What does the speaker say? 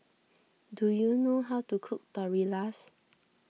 do you know how to cook Tortillas